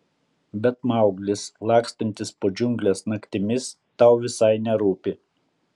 bet mauglis lakstantis po džiungles naktimis tau visai nerūpi